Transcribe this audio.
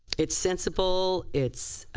it's sensible. it's